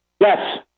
Yes